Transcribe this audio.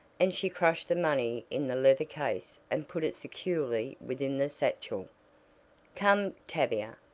and she crushed the money in the leather case and put it securely within the satchel. come, tavia,